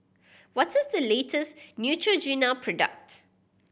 what is the latest Neutrogena product